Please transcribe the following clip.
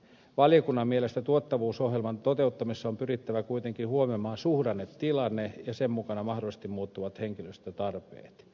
valiokunnan mielestä tuottavuusohjelman toteuttamisessa on pyrittävä ottamaan huomioon suhdannetilanne ja sen mukaan mahdollisesti muuttuvat henkilöstötarpeet